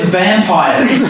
vampires